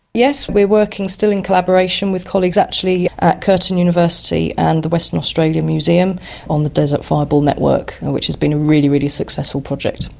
yes, we are working still in collaboration with colleagues actually at curtin university and the western australian museum on the desert fireball network, which has been a really, really successful project.